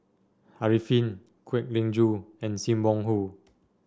Arifin Kwek Leng Joo and Sim Wong Hoo